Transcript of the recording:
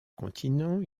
continent